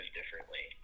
differently